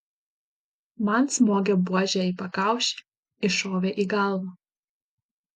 man smogė buože į pakaušį iššovė į galvą